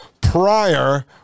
prior